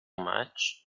much